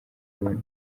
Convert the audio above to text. rundi